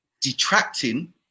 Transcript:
detracting